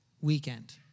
weekend